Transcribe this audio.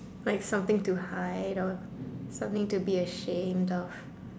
like something to hide or something to be ashamed of